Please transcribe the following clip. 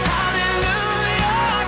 Hallelujah